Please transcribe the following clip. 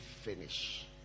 finish